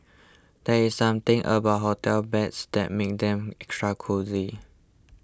there is something about hotel beds that makes them extra cosy